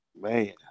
Man